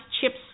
chips